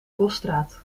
bosstraat